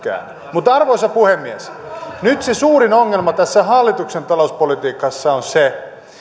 käänne arvoisa puhemies nyt se suurin ongelma tässä hallituksen talouspolitiikassa on se